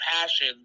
passion